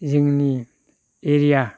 जोंनि एरिया